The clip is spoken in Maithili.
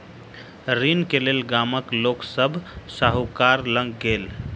ऋण के लेल गामक लोक सभ साहूकार लग गेल